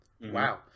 Wow